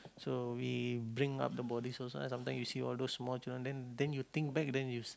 so we bring up the bodies also sometime you see all those small children then then you think back then you s~